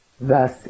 thus